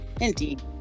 Indeed